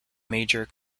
major